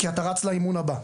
כי אתה רץ לאימון הבא.